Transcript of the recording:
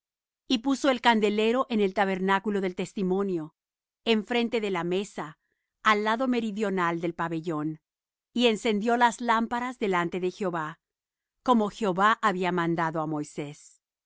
y puso el candelero en el tabernáculo del testimonio enfrente de la mesa al lado meridional del pabellón y encendió las lámparas delante de jehová como jehová había mandado á moisés